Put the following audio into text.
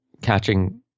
catching